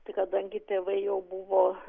tai kadangi tėvai jau buvo